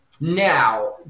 Now